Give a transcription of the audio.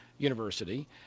University